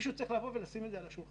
מישהו צריך לשים את זה על השולחן,